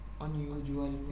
unusual